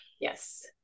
Yes